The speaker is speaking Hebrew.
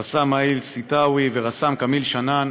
רס"מ האיל סתאוי ורס"מ כמיל שנאן.